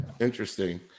interesting